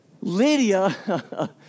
Lydia